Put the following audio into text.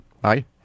Bye